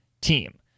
team